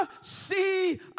see